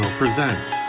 presents